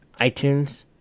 iTunes